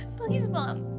please, mom.